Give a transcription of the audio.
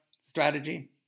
strategy